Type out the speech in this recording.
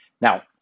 Now